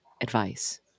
advice